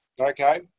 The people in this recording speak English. Okay